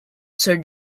sir